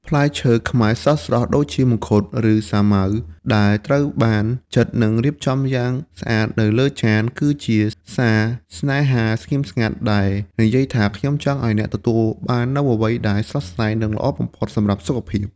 ផ្លែឈើខ្មែរស្រស់ៗដូចជា មង្ឃុត ឬសាវម៉ាវ ដែលត្រូវបានចិត និងរៀបចំយ៉ាងស្អាតនៅលើចាន គឺជាសារស្នេហាស្ងៀមស្ងាត់ដែលនិយាយថា «ខ្ញុំចង់ឱ្យអ្នកទទួលបាននូវអ្វីដែលស្រស់ស្រាយ និងល្អបំផុតសម្រាប់សុខភាព»។